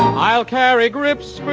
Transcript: i'll carry grips for